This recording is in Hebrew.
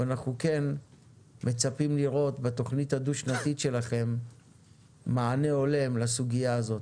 אבל אנחנו כן מצפים לראות בתכנית הדו שנתית שלכם מענה הולם לסוגיה הזאת,